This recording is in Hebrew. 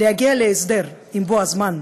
להגיע להסדר בבוא הזמן,